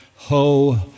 Ho